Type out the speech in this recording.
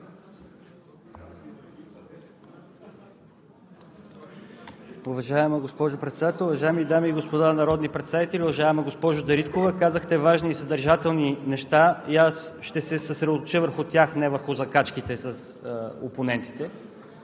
Уважаема госпожо Председател, уважаеми дами и господа народни представители! Уважаема госпожо Дариткова, казахте важни и съдържателни неща и аз ще се съсредоточа върху тях, не върху закачките с опонентите.